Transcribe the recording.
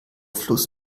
fluss